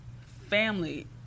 family